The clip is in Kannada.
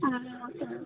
ಹಾಂ ಓಕೆ ಮ್ಯಾಮ್